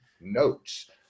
notes